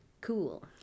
Cool